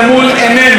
ואנחנו יודעים,